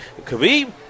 Khabib